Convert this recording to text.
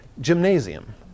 gymnasium